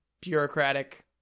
bureaucratic